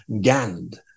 Gand